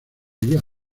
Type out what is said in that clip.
guia